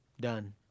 Done